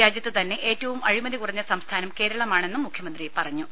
രാജ്യത്ത്തന്നെ ഏറ്റവും അഴിമതി കുറഞ്ഞ സംസ്ഥാനം കേരളമാണെന്നും മുഖ്യമന്ത്രി പറഞ്ഞു